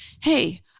hey